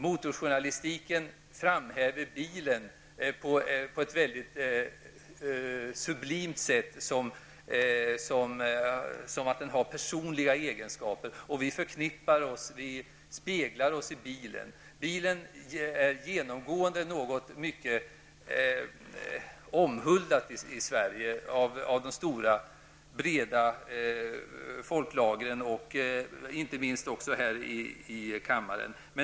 Motorjournalistiken framhäver bilen på ett väldigt sublimt sätt, som om den hade personliga egenskaper. Vi förknippar oss med och speglar oss i bilen. Bilen är i Sverige genomgående något som är mycket omhuldat av de stora, breda folklagren och inte minst av ledamöter här i kammaren.